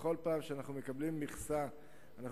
בכל פעם שאנחנו מקבלים מכסה אנחנו